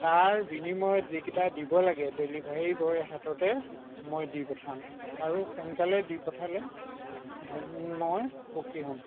তাৰ বিনিময়ত যিকেইটা দিব লাগে ডেলিভাৰী বয়ৰ হাততে মই দি পঠাম আৰু সোনকালে দি পঠালে মই সুখী হ'ম